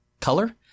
Color